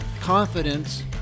confidence